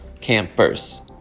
campers